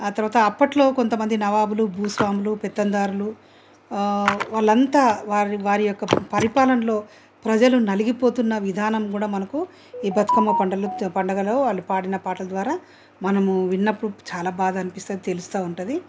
ఆ తర్వాత అప్పట్లో కొంతమంది నవాబులు భూస్వాములు పెత్తందార్లు వాళ్ళ అంత వారి వారి యొక్క పరిపాలనలో ప్రజలు నలిగిపోతున్న విధానం కూడా మనకు ఈ బతుకమ్మ పండగలో వాళ్ళు పాడిన పాట ద్వారా మనము విన్నప్పుడు చాలా బాధ అనిపిస్తుంది తెలుస్తా ఉంటుంది